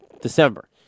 December